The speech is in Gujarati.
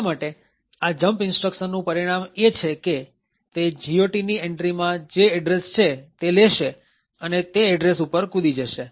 એટલા માટે આ jump instruction નું પરિણામ એ છે કે તે GOT ની એન્ટ્રીમાં જે એડ્રેસ છે તે લેશે અને તે એડ્રેસ ઉપર કુદી જશે